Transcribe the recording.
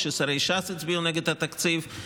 כששרי ש"ס הצביעו נגד התקציב.